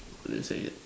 how do you say it